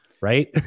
right